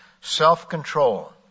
self-control